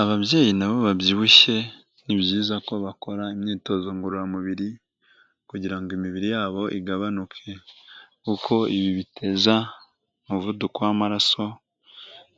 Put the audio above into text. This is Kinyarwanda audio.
Ababyeyi nabo babyibushye ni byiza ko bakora imyitozo ngororamubiri kugira ngo imibiri yabo igabanuke kuko ibi biteza umuvuduko w'amaraso